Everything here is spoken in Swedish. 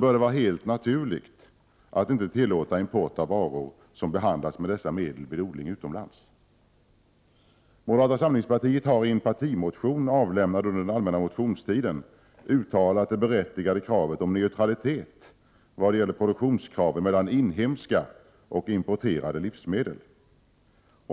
bör det vara helt naturligt att inte tillåta import av varor som vid odling utomlands behandlats med dessa medel. Moderata samlingspartiet har i en partimotion avlämnad under den allmänna motionstiden uttalat det berättigade kravet på neutralitet i produktionskraven för inhemska och importerade livsmedel.